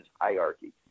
hierarchy